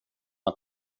att